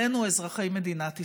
אזרחי מדינת ישראל.